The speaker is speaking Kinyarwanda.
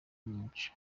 n’umuco